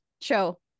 show